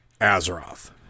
Azeroth